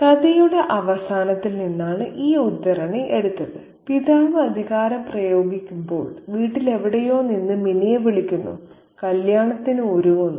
കഥയുടെ അവസാനത്തിൽ നിന്നാണ് ഈ ഉദ്ധരണി എടുത്തത് പിതാവ് അധികാരം പ്രയോഗിക്കുമ്പോൾ വീട്ടിലെവിടെയോ നിന്ന് മിനിയെ വിളിക്കുന്നു കല്യാണത്തിന് ഒരുങ്ങുന്നു